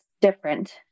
different